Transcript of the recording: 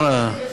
סתם,